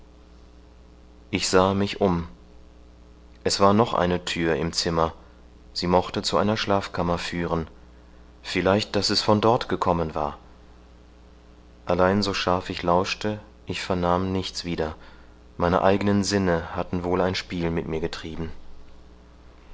ich sahe um mich es war noch eine thür im zimmer sie mochte zu einer schlafkammer führen vielleicht daß es von dort gekommen war allein so scharf ich lauschte ich vernahm nichts wieder meine eigenen sinne hatten wohl ein spiel mit mir getrieben